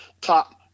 top